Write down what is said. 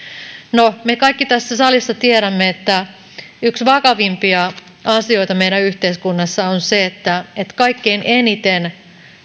no me kaikki tässä salissa tiedämme että yksi vakavimpia asioita meidän yhteiskunnassa on se että kaikkein eniten